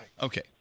Okay